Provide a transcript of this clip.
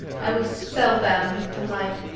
i was spellbound with delight.